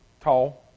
tall